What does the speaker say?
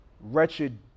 Wretched